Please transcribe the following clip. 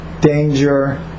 danger